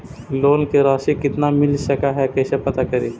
Loan के रासि कितना मिल सक है कैसे पता करी?